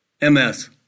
MS